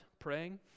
praying